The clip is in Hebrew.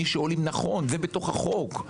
מי שעולים נכון, זה בתוך החוק.